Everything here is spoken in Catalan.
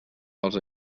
als